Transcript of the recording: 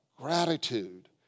gratitude